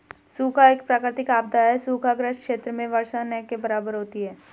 सूखा एक प्राकृतिक आपदा है सूखा ग्रसित क्षेत्र में वर्षा न के बराबर होती है